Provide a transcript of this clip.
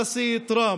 הנשיא טראמפ.